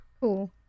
Cool